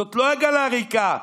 זאת לא עגלה ריקה,